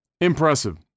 impressive